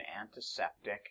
antiseptic